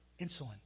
insulin